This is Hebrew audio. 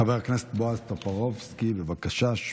חבר הכנסת בועז טופורובסקי, בבקשה.